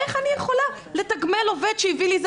איך אני יכולה לתגמל עובד שהביא לי איזה